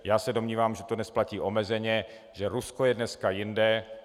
Já se domnívám, že to dnes platí omezeně, že Rusko je dneska jinde.